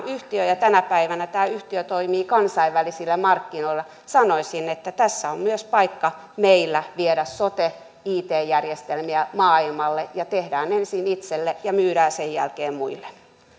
yhtiöön ja tänä päivänä tämä yhtiö toimii kansainvälisillä markkinoilla sanoisin että tässä on myös paikka meillä viedä sote it järjestelmiä maailmalle tehdään ensin itselle ja myydään sen jälkeen muille